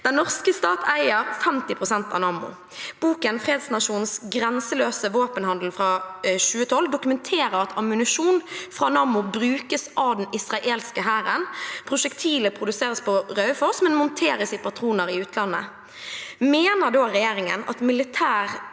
Den norske stat eier 50 pst. av Nammo. Boken «Fredsnasjonens grenseløse våpenhandel» fra 2012 dokumenterer at ammunisjon fra Nammo brukes av den israelske hæren. Prosjektiler produseres på Raufoss, men monteres i patroner i utlandet. Mener regjeringen at militært